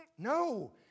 No